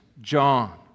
John